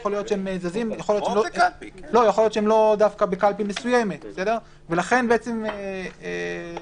יכול להיות שהם לאו דווקא בקלפי מסוימת והם זזים ממקום למקום.